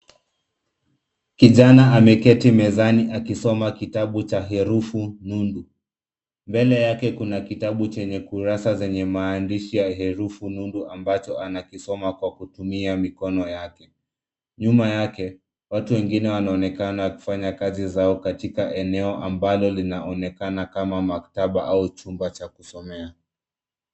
Kijana ameketi mezani akisoma kitabu cha herufu nundu. Mbele yake kuna kitabu chenye kurasa zenye maandishi ya herufu nundu ambacho anakisoma kwa kutumia mikono yake. Nyuma yake, watu wengine wanaonekana wakifanya kazi zao katika eneo ambalo linaonekana kama maktaba au chumba cha kusomea.